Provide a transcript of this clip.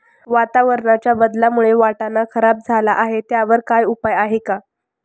वातावरणाच्या बदलामुळे वाटाणा खराब झाला आहे त्याच्यावर काय उपाय आहे का?